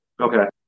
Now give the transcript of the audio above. Okay